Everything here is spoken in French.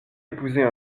épouser